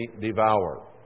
devour